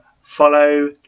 follow